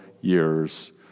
years